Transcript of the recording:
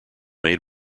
made